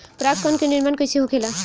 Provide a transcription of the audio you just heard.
पराग कण क निर्माण कइसे होखेला?